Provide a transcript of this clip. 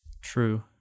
true